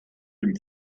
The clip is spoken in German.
dem